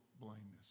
blindness